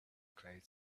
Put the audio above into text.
cloud